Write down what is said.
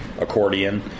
accordion